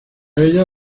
ella